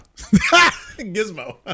gizmo